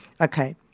Okay